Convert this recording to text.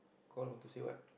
call want to say what